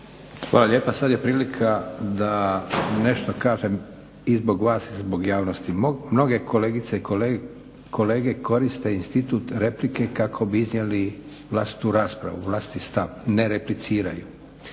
Hvala lijepa. Sad je prilika da nešto kažem i zbog vas i zbog javnosti. Mnoge kolegice i kolege koriste institut replike kako bi iznijeli vlastitu raspravu, vlastiti stav, ne repliciraju.